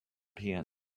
piano